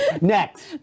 Next